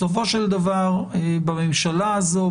בסופו של דבר בממשלה הזו,